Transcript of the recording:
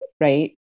right